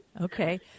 Okay